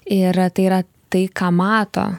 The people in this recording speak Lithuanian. ir tai yra tai ką mato